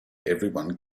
everyone